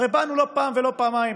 הרי באנו לא פעם ולא פעמיים,